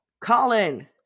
Colin